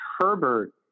Herbert